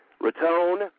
Raton